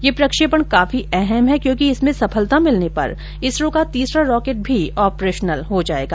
यह प्रक्षेपण काफी अहम है क्योंकि इसमें सफलता मिलने पर इसरो का तीसरा रॉकेट भी ऑपरेशनल हो जायेगा